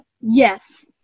Yes